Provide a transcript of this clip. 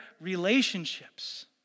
relationships